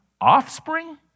offspring